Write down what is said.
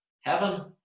heaven